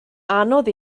anodd